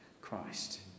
Christ